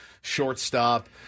shortstop